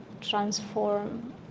transform